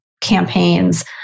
campaigns